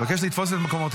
אני מבקש לתפוס את מקומותיכם.